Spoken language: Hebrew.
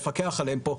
לפקח עליהם פה.